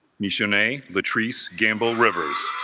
meshanae latrice gamble rivers